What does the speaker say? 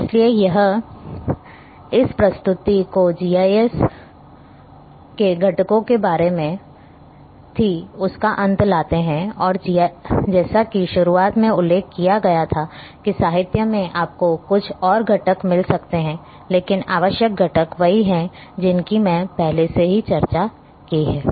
इसलिए यह इस प्रस्तुति जो जीआईएफ के घटकों के बारे में थी उसका अंत लाता है और जैसा कि शुरुआत में उल्लेख किया गया था कि साहित्य में आपको कुछ और घटक मिल सकते हैं लेकिन आवश्यक घटक वही है जिनकी मैंने पहले ही चर्चा की है